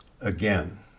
again